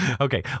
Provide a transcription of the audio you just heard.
okay